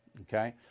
okay